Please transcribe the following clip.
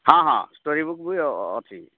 ହଁ ହଁ story book ବି ଅଛି